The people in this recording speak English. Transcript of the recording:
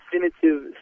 definitive